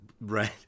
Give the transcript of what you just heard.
Right